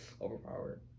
overpowered